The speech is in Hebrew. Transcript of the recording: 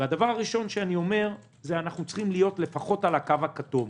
אנחנו צריכים להיות לפחות על הקו הכתום,